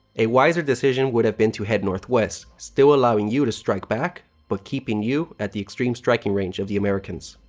a wiser decision would have been to head northwest, still allowing you to strike back, but keeping you at the extreme striking range of the americans.